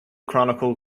chronicle